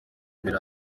biri